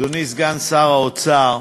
אדוני סגן שר האוצר,